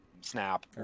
Snap